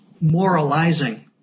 moralizing